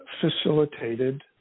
facilitated